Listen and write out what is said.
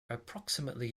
approximately